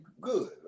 good